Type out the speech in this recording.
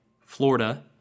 Florida